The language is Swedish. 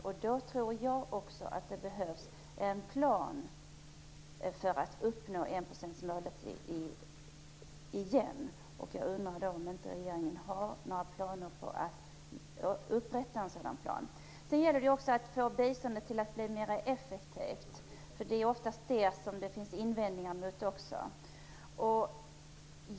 Jag tror att det behövs en plan för att uppnå enprocentsmålet igen. Har regeringen några planer på att upprätta en sådan plan? Det gäller att få ett mer effektivt bistånd. Det är oftast där det finns invändningar.